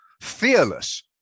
fearless